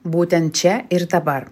būtent čia ir dabar